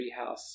treehouse